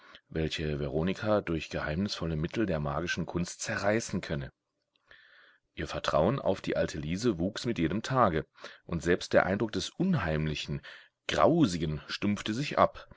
welche veronika durch geheimnisvolle mittel der magischen kunst zerreißen könne ihr vertrauen auf die alte liese wuchs mit jedem tage und selbst der eindruck des unheimlichen grausigen stumpfte sich ab